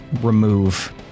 remove